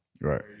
Right